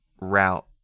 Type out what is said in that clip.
route